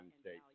States